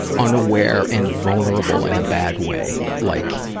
unaware and vulnerable in a bad way, like,